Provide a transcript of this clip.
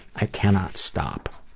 i cannot stop.